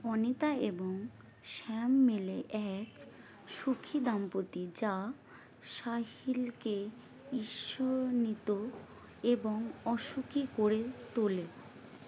অনিতা এবং শ্যাম মিলে এক সুখী দাম্পতি যা সাহিলকে ই ঈর্ষনিত এবং অসুখী করে তোলে